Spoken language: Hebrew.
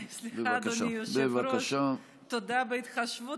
סליחה, אדוני היושב-ראש, תודה על ההתחשבות.